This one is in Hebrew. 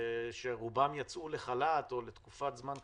שרובם יצאו לחל"ת או לתקופת זמן קצרה,